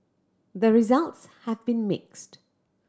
the results have been mixed